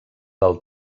del